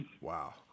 wow